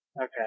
Okay